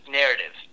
narrative